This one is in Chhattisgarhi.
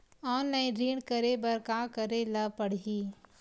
ऑनलाइन ऋण करे बर का करे ल पड़हि?